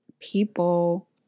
people